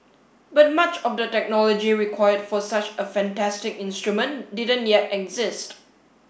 but much of the technology required for such a fantastic instrument didn't yet exist